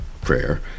prayer